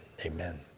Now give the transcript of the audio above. Amen